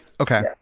Okay